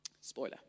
Spoiler